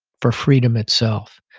for freedom itself.